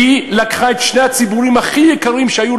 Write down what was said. לקחה את שני הציבורים הכי יקרים שהיו